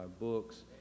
books